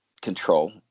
control